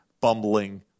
bumbling